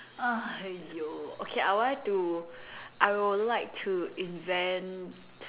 !aiyo! okay I would like to I would like to invent